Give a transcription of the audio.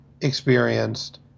experienced